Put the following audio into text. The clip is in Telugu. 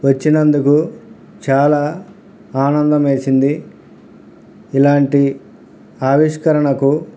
వచ్చినందుకు చాలా ఆనందం వేసింది ఇలాంటి ఆవిష్కరణకు